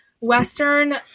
Western